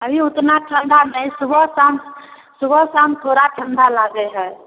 अभी ओतना ठण्डा नहि सुबह शाम सुबह शाम थोड़ा ठण्डा लागे हइ